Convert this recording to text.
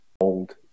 old